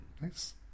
Nice